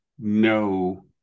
no